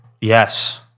yes